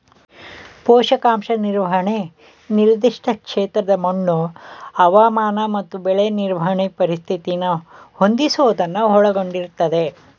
ಪೋಷಕಾಂಶ ನಿರ್ವಹಣೆ ನಿರ್ದಿಷ್ಟ ಕ್ಷೇತ್ರದ ಮಣ್ಣು ಹವಾಮಾನ ಮತ್ತು ಬೆಳೆ ನಿರ್ವಹಣೆ ಪರಿಸ್ಥಿತಿನ ಹೊಂದಿಸೋದನ್ನ ಒಳಗೊಂಡಿರ್ತದೆ